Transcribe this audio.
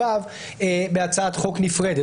ו' בהצעת חוק נפרדת.